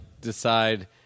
decide